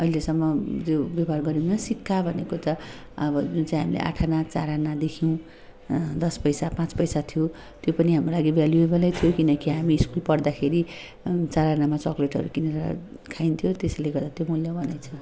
अहिलेसम्म यो व्यवहार गरिन सिक्का भनेको त अब जुन चाहिँ हामीले आठआना चारआना देख्यौँ दस पैसा पाँच पैसा थियो त्यो पनि हाम्रो लागि भेल्युवेबलै थियो किनकि हामी स्कुल पढ्दाखेरि चाराआना चकलेटहरू किनेर खाइन्थ्यो त्यसले गर्दा त्यो मुल्यवानै छ